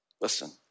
Listen